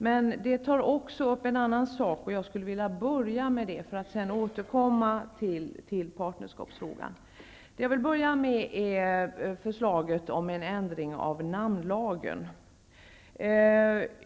Men en annan sak tas också upp, och jag skulle vilja börja med den för att sedan återkomma till partnerskapsfrågan. Det gäller förslaget om en ändring av namnlagen.